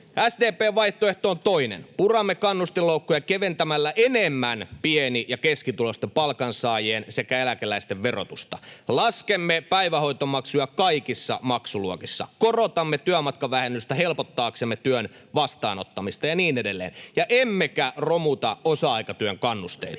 SDP:n vaihtoehto on toinen. Puramme kannustinloukkuja keventämällä enemmän pieni- ja keskituloisten palkansaajien sekä eläkeläisten verotusta, laskemme päivähoitomaksuja kaikissa maksuluokissa, korotamme työmatkavähennystä helpottaaksemme työn vastaanottamista, ja niin edelleen, ja emmekä romuta osa-aikatyön kannusteita.